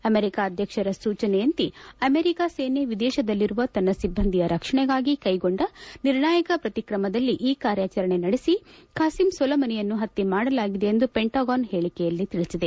America ಅಧ್ಯಕ್ಷರ ಸೂಚನೆಯಂತೆ America ಸೇನೆ ವಿದೇಶದಲ್ಲಿರುವ ತನ್ನ ಸಿಬ್ಬಂದಿಯ ರಕ್ಷಣೆಗಾಗಿ ಕೈಗೊಂಡ ನಿರ್ಣಾಯಕ ಪ್ರತಿಕ್ರಮದಲ್ಲಿ ಈ ಕಾರ್ಯಾಚರಣೆ ನಡೆಸಿ ಬಾಸಿಮ್ ಸೋಲೊಮನಿಯನ್ನು ಹತ್ಯೆ ಮಾಡಲಾಗಿದೆ ಎಂದು ಪೆಂಟಗಾನ್ ಹೇಳಿಕೆಯಲ್ಲಿ ತಿಳಿಸಿದೆ